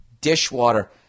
dishwater